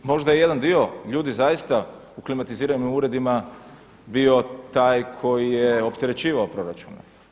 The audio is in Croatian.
Možda je jedan dio ljudi zaista u klimatiziranim uredima bio taj koji je opterećivao proračune.